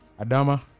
Adama